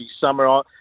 summer